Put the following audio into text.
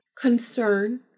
concern